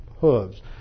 hooves